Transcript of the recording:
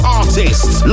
artists